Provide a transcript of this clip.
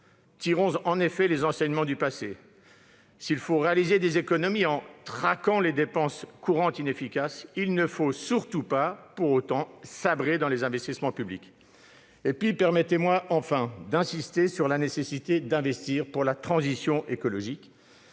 Tirons les enseignements du passé ! S'il faut réaliser des économies, en traquant les dépenses courantes inefficaces, il ne faut pas pour autant sabrer dans les investissements publics. Permettez-moi enfin d'insister sur la nécessité d'investir pour la transition écologique.